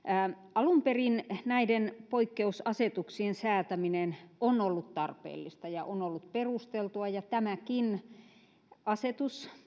alun perin näiden poikkeusasetuksien säätäminen on ollut tarpeellista ja on ollut perustelua tämäkin asetus